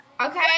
Okay